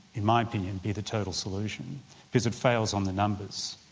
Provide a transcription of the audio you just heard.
in my opinion, be the total solution because it fails on the numbers.